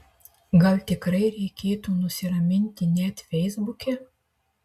gal tikrai reikėtų nusiraminti net feisbuke